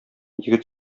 егет